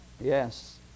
Yes